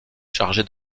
chargé